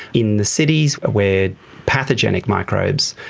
in the cities where pathogenic microbes,